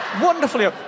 Wonderfully